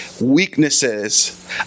weaknesses